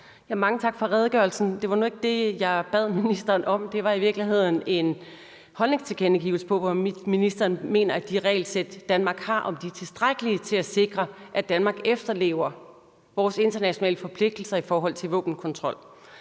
Mange tak for redegørelsen. Det var nu ikke det, jeg bad ministeren om. Det var i virkeligheden en holdningstilkendegivelse om, om ministeren mener, at de regelsæt, Danmark har, er tilstrækkelige til at sikre, at Danmark efterlever vores internationale forpligtelser i forhold til våbenkontrol,